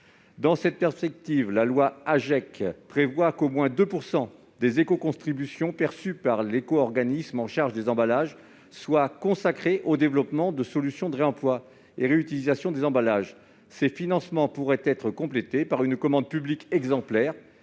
à l'économie circulaire (AGEC) prévoit qu'au moins 2 % des écocontributions perçues par l'éco-organisme chargé des emballages doivent être consacrés au développement de solutions de réemploi et de réutilisation des emballages. Ces financements pourraient être complétés par une commande publique exemplaire